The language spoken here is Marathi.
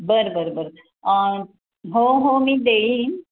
बरं बरं बरं हो हो मी देईन